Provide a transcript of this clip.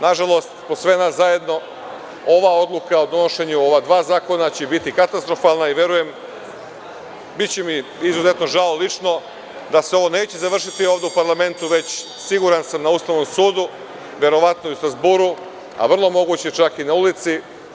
Nažalost, po sve nas zajedno ova odluka o donošenju ova dva zakona će biti katastrofalna i verujem, biće mi izuzetno žao lično da se ovo neće završiti ovde u parlamentu, već siguran sam, na Ustavnom sudu, verovatno i u Strazburu, a vrlo moguće čak i na ulici.